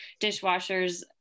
dishwashers